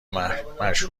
مشهور